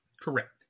Correct